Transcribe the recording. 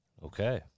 Okay